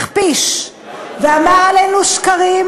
הכפיש ואמר עלינו שקרים